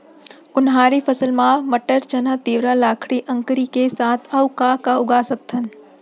उनहारी फसल मा मटर, चना, तिंवरा, लाखड़ी, अंकरी के साथ अऊ का का उगा सकथन?